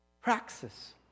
Praxis